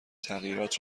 تغییرات